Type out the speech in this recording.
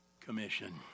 commission